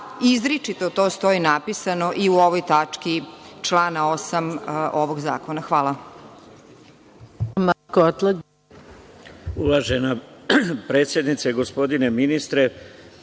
izričito to stoji napisano i u ovoj tački, člana 8. ovog zakona. Hvala.